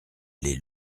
les